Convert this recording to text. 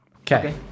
Okay